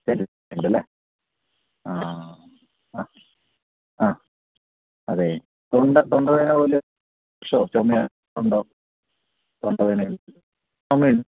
ആ അ അ അതെ തൊണ്ട തൊണ്ടവേന പോലെ പ്രശ്നമോ ചുമയോ ഉണ്ടോ തൊണ്ടവേദന ഉണ്ട് ചുമയുണ്ടോ